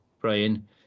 Brian